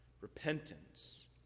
Repentance